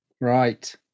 right